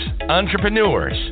entrepreneurs